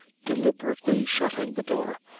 deliberately shutting the door,